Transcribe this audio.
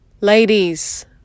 Ladies